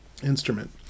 instrument